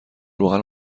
روغن